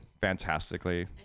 fantastically